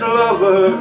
lover